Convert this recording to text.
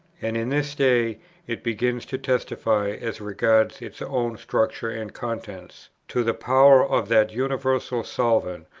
and in this day it begins to testify, as regards its own structure and contents, to the power of that universal solvent,